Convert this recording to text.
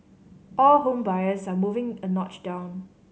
all home buyers are moving a notch down